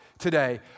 today